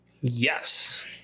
Yes